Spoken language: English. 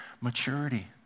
Maturity